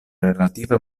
relative